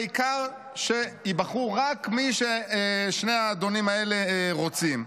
העיקר שייבחרו רק מי ששני האדונים האלה רוצים.